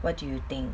what do you think